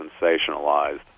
sensationalized